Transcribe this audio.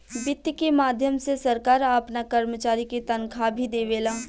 वित्त के माध्यम से सरकार आपना कर्मचारी के तनखाह भी देवेला